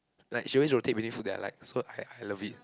like she always rotate between food that I like so I I love it